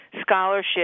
scholarship